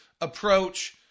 approach